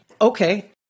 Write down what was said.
okay